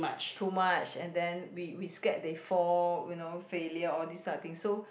so much and then we we scared they fall you know failure all these type of thing so